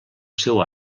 seu